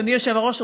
אדוני היושב-ראש,